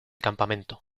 campamento